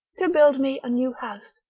to build me a new house,